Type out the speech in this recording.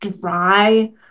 dry